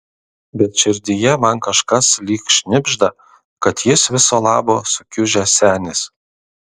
bet širdyje man kažkas lyg šnibžda kad jis viso labo sukiužęs senis